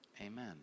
amen